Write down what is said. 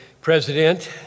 president